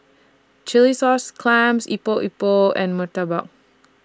Chilli Sauce Clams Epok Epok and Murtabak